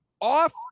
Off